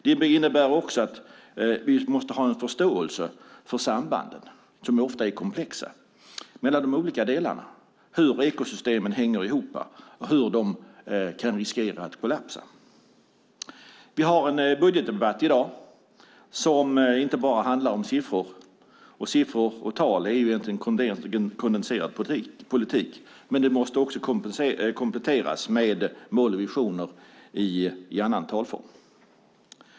Det innebär också att vi måste ha en förståelse för sambanden, som ofta är komplexa, mellan de olika delarna - hur ekosystemen hänger ihop och hur de kan riskera att kollapsa. Vi har i dag en budgetdebatt som inte bara handlar om siffror. Siffror och tal är egentligen kondenserad politik, men den måste kompletteras med mål och visioner i annan talform.